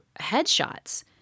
headshots